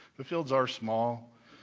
the fields are small,